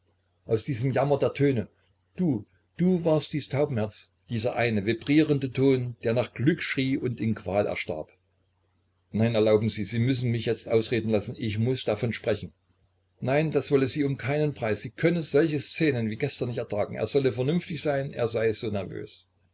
aus diesem jammer der töne du du warst dies taubenherz dieser eine vibrierende ton der nach glück schrie und in qual erstarb nein erlauben sie sie müssen mich jetzt ausreden lassen ich muß davon sprechen nein das wolle sie um keinen preis sie könne solche szenen wie gestern nicht ertragen er solle vernünftig sein er sei so nervös